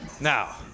Now